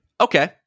Okay